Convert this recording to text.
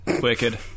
wicked